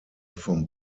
vom